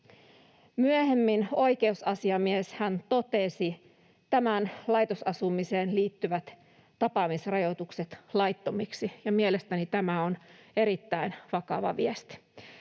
Myöhemminhän oikeusasiamies totesi tähän laitosasumiseen liittyvät tapaamisrajoitukset laittomiksi, ja mielestäni tämä on erittäin vakava viesti.